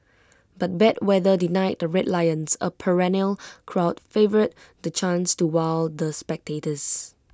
but bad weather denied the Red Lions A perennial crowd favourite the chance to wow the spectators